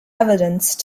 evidence